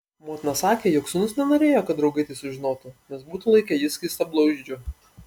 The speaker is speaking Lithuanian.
motina sakė jog sūnus nenorėjo kad draugai tai sužinotų nes būtų laikę jį skystablauzdžiu